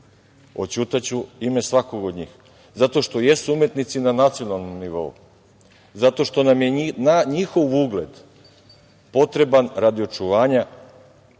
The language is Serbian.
oćutaću ime svakog od njih, zato što jesu umetnici na nacionalnom nivou, zato što nam je njihov ugled potreban radi očuvanja